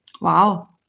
Wow